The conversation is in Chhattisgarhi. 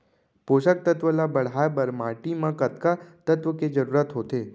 पोसक तत्व ला बढ़ाये बर माटी म कतका तत्व के जरूरत होथे?